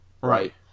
Right